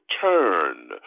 turn